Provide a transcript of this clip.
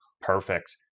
Perfect